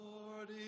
Lord